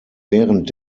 während